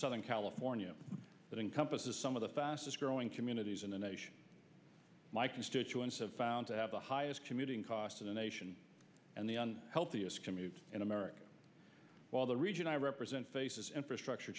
southern california that encompasses some of the fastest growing communities in the nation my constituents have found to have the highest commuting costs in the nation and the healthiest commute in america while the region i represent faces infrastructure